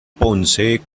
ponce